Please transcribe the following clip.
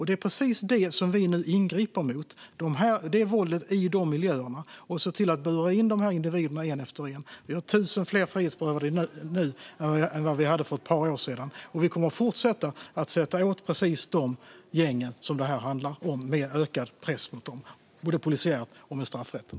Det är precis det här våldet i de miljöerna som vi nu ingriper mot, och vi ser till att de här individerna buras in en efter en. Vi har tusen fler frihetsberövade nu än vad vi hade för ett par år sedan. Och vi kommer att fortsätta sätta åt precis de gäng som det här handlar om med ökad press mot dem, både polisiär och med straffrätten.